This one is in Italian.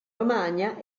romagna